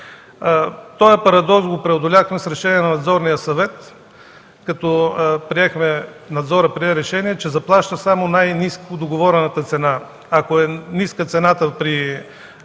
Този парадокс го преодоляхме с Решение на Надзорния съвет като Надзорът прие решение, че заплаща само най-ниско договорената цена. Ако е ниска цената при